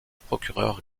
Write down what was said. procureur